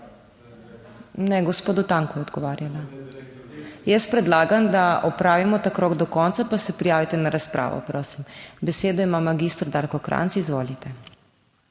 Ne, gospodu Tanku je odgovarjala. Jaz predlagam, da opravimo ta krog do konca pa se prijavite na razpravo, prosim. Besedo ima magister Darko Krajnc, izvolite.